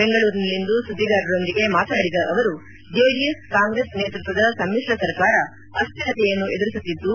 ಬೆಂಗಳೂರಿನಲ್ಲಿಂದು ಸುದ್ದಿಗಾರರೊಂದಿಗೆ ಮಾತನಾಡಿದ ಅವರು ಜೆಡಿಎಸ್ ಕಾಂಗ್ರೆಸ್ ನೇತೃತ್ವದ ಸಮಿತ್ರ ಸರ್ಕಾರ ಅಸ್ಟಿರತೆಯನ್ನು ಎದುರಿಸುತ್ತಿದ್ದು